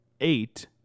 eight